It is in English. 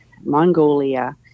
Mongolia